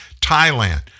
Thailand